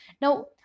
Now